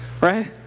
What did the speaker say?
Right